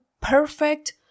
perfect